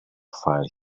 find